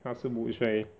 她是 butch right